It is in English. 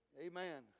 Amen